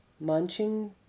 munching